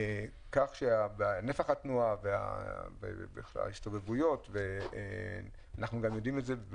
לכאורה נפח התנועה וכמות ההסתובבות היו אמורים